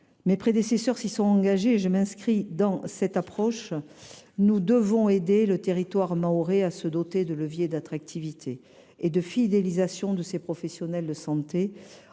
Mes prédécesseurs s’y sont engagés et je m’inscris dans cette approche : nous devons aider le territoire mahorais à se doter de leviers d’attractivité et de fidélisation de ses professionnels de santé.